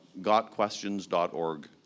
gotquestions.org